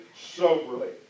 soberly